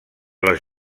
les